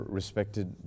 respected